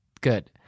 Good